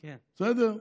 בסדר?